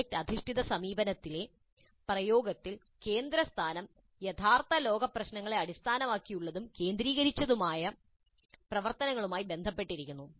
project അധിഷ്ഠിത സമീപനത്തിലെ പ്രയോഗത്തിൽ കേന്ദ്ര സ്ഥാനം യഥാർത്ഥ ലോക പ്രശ്നങ്ങളെ അടിസ്ഥാനമാക്കിയുള്ളതും കേന്ദ്രീകരിച്ചുള്ളതുമായ പ്രവർത്തനങ്ങളുമായി ബന്ധപ്പെട്ടിരിക്കുന്നു